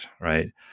right